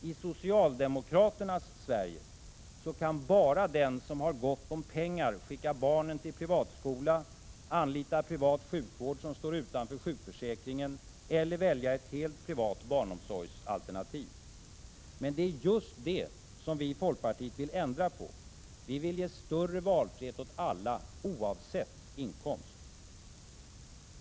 I socialdemokratins Sverige kan bara den som har gott om pengar skicka barnen till privatskola, anlita privat sjukvård som står utanför sjukförsäkringen eller välja ett helt privat barnomsorgsalternativ. Men det är just det vi i folkpartiet vill ändra på. Vi vill ge större valfrihet åt alla oavsett inkomst.